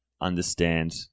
understand